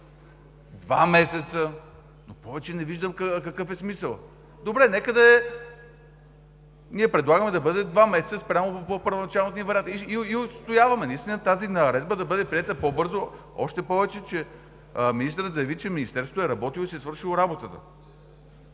два месеца, но повече не виждам какъв е смисълът. Ние предлагаме да бъде два месеца спрямо първоначалния вариант и отстояваме тази наредба да бъде приета по-бързо, още повече, че министърът заяви, че Министерството е работило и си е свършило работата.